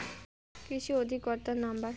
কৃষি অধিকর্তার নাম্বার?